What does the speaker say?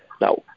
Now